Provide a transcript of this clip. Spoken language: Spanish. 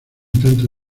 tanto